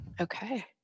Okay